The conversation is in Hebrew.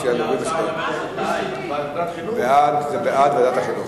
ההצעה להעביר את הנושא לוועדת החינוך,